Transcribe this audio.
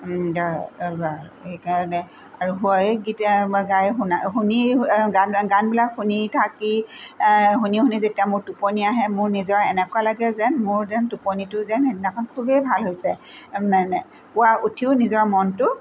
সেইকাৰণে আৰু হয় গীতেই গাই শুনাই শুনি গানবিলাক শুনি থাকি শুনি শুনি যেতিয়া মোৰ টোপনি আহে মোৰ নিজৰ এনেকুৱা লাগে যেন মোৰ যেন টোপনিটো যেন সেইদিনাখন খুবেই ভাল হৈছে পোৱা উঠিও নিজৰ মনটো